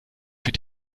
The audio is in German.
für